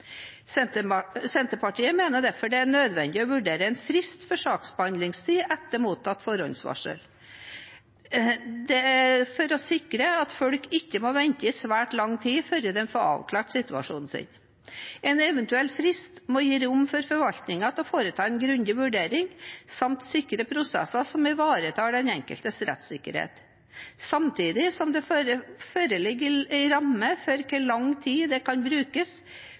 Senterpartiet mener derfor det er nødvendig å vurdere en frist for saksbehandlingstid etter mottatt forhåndsvarsel for å sikre at folk ikke må vente i svært lang tid før de får avklart situasjonen sin. En eventuell frist må gi rom for forvaltningen til å foreta en grundig vurdering samt sikre prosesser som ivaretar den enkeltes rettssikkerhet, samtidig som det foreligger en ramme for hvor lang tid det kan